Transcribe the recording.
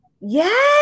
Yes